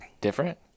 different